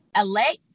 elect